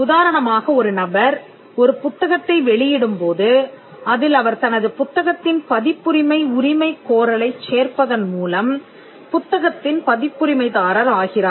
உதாரணமாக ஒரு நபர் ஒரு புத்தகத்தை வெளியிடும் போது அதில் அவர் தனது புத்தகத்தின் பதிப்புரிமை உரிமைக் கோரலைச் சேர்ப்பதன் மூலம் புத்தகத்தின் பதிப்புரிமைதாரர் ஆகிறார்